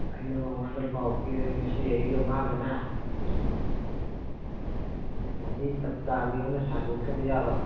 ꯑꯩꯅ ꯃꯥꯉꯣꯟꯗ ꯄꯥꯎ ꯄꯤꯔꯅꯤ ꯉꯁꯤ ꯑꯩꯒ ꯃꯥꯒꯅꯦ ꯋꯥꯔꯤ ꯆꯞ ꯆꯥꯕꯤ ꯑꯃ ꯁꯥꯗꯣꯛꯇꯕ ꯌꯥꯔꯣꯏ